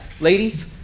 Ladies